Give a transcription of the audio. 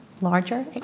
larger